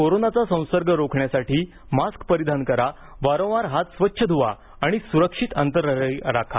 कोरोनाचा संसर्ग रोखण्यासाठी मास्क परिधान करा वारंवार हात स्वच्छ धुवा आणि सुरक्षित अंतरही राखा